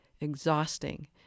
exhausting